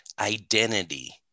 identity